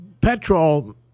petrol